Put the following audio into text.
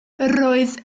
roedd